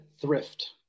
thrift